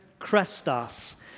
Krestos